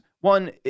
One